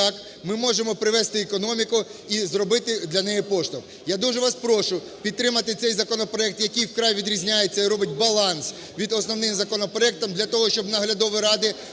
ми можемо привести економіку і зробити для неї поштовх. Я дуже вас прошу підтримати цей законопроект, який вкрай відрізняється і робить баланс від основних законопроектів для того, щоб наглядові ради